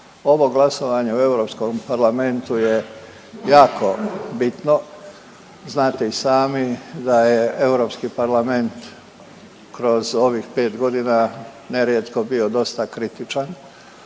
ovo glasovanje u Europskom parlamentu je jako bitno. Znate i sami da je Europski parlament kroz ovih 5 godina nerijetko bio dosta kritičan